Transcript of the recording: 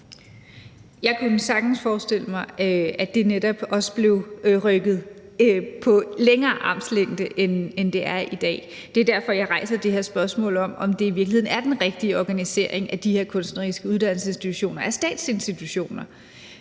Jeg kunne sagtens forestille mig, at det netop blev rykket ud på større armslængde, end det er i dag. Det er derfor, jeg rejser det her spørgsmål om, om det i virkeligheden er den rigtige organisering, at de her kunstneriske uddannelsesinstitutioner er statsinstitutioner.